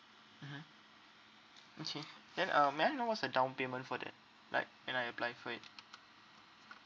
mmhmm okay then uh may I know what's the down payment for that like when I apply for it